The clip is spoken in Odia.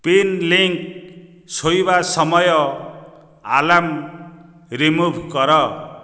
ଫିନ୍ଲିଙ୍କ ଶୋଇବା ସମୟ ଆଲାର୍ମ ରିମୁଭ୍ କର